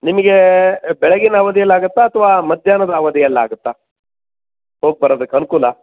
ನಿಮಗೆ ಬೆಳಗಿನ ಅವಧಿಯಲ್ಲಾಗತ್ತಾ ಅಥವಾ ಮಧ್ಯಾಹ್ನದ ಅವಧಿಯಲ್ಲಾಗತ್ತಾ ಹೋಗಿ ಬರೋದಕ್ಕೆ ಅನುಕೂಲ